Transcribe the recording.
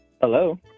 Hello